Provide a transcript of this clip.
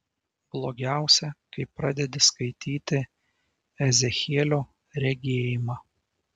blogiausia kai pradedi skaityti ezechielio regėjimą